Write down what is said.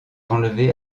enlevé